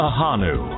Ahanu